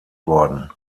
worden